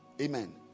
Amen